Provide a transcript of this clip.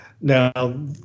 Now